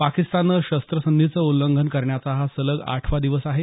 पाकिस्ताननं शस्त्रसंधीचं उल्लंघन करण्याचा हा सलग आठवा दिवस आहे